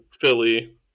Philly